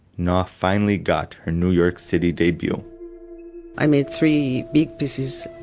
noa finally got her new york city debut i made three big pieces,